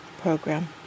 program